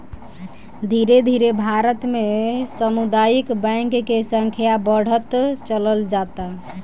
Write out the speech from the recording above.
धीरे धीरे भारत में सामुदायिक बैंक के संख्या बढ़त चलल जाता